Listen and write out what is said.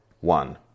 one